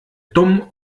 dumm